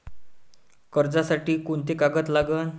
कर्जसाठी कोंते कागद लागन?